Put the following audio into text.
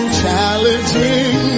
challenging